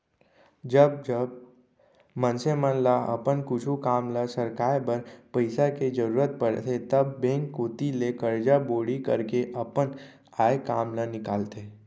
जब जब मनसे मन ल अपन कुछु काम ल सरकाय बर पइसा के जरुरत परथे तब बेंक कोती ले करजा बोड़ी करके अपन आय काम ल निकालथे